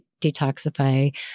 detoxify